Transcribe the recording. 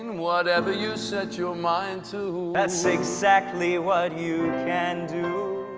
whatever you set your mind to. that's exactly what you can do.